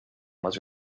was